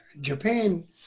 Japan